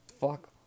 fuck